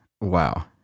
Wow